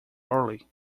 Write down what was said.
early